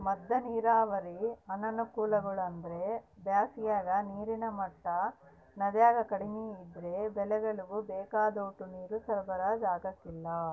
ಮದ್ದ ನೀರಾವರಿ ಅನಾನುಕೂಲ ಅಂದ್ರ ಬ್ಯಾಸಿಗಾಗ ನೀರಿನ ಮಟ್ಟ ನದ್ಯಾಗ ಕಡಿಮೆ ಇದ್ರ ಬೆಳೆಗುಳ್ಗೆ ಬೇಕಾದೋಟು ನೀರು ಸರಬರಾಜು ಆಗಕಲ್ಲ